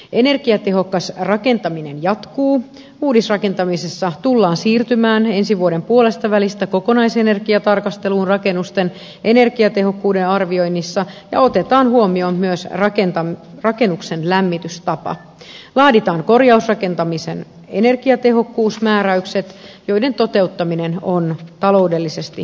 energiatehokas rakentaminen jatkuu uudisrakentamisessa tullaan siirtymään ensi vuoden puolestavälistä kokonaisenergiatarkasteluun rakennusten energiatehokkuuden arvioinnissa ja otetaan huomioon myös rakennuksen lämmitystapa laaditaan korjausrakentamisen energiatehokkuusmääräykset joiden toteuttaminen on taloudellisesti kustannustehokasta